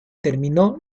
terminó